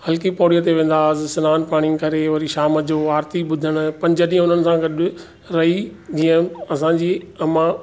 हरि की पोड़ीअ ते वेंदासीं सनानु पाणी करे वरी शाम जो आरती ॿुधणु पंज ॾींहं उन्हनि सां गॾु रही जीअं त असांजी अमा